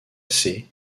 assez